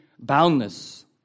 Boundless